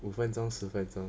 五分钟十分钟